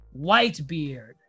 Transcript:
Whitebeard